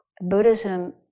Buddhism